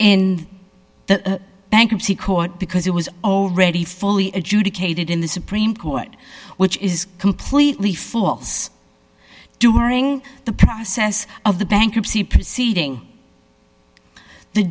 in the bankruptcy court because it was already fully adjudicated in the supreme court which is completely fools during the process of the bankruptcy proceeding the